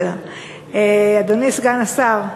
אדוני סגן השר,